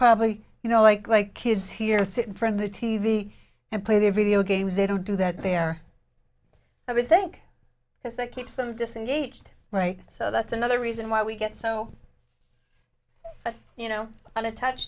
probably you know like like kids here sit in front of the t v and play their video games they don't do that there i would think because that keeps them disengaged right so that's another reason why we get so you know an a